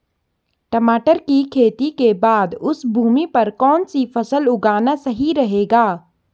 टमाटर की खेती के बाद उस भूमि पर कौन सी फसल उगाना सही रहेगा?